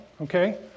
okay